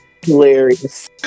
hilarious